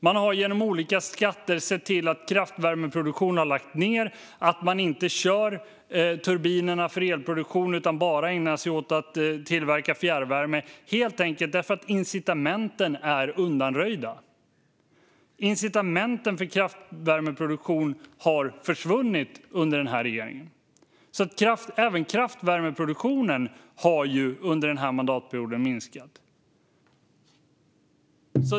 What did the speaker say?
Man har genom olika skatter sett till att kraftvärmeproduktion har lagts ned och att turbinerna inte körs för elproduktion utan bara för att tillverka fjärrvärme - helt enkelt därför att incitamenten är undanröjda. Incitamenten för kraftvärmeproduktion har försvunnit under den här regeringen, så även kraftvärmeproduktionen har ju minskat under den här mandatperioden.